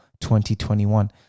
2021